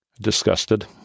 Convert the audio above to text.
Disgusted